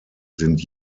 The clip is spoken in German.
sind